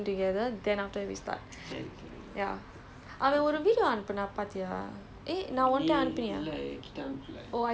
ya no no we won't we will wait until everyone is there then we like discuss everything together then after that we start ya